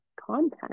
content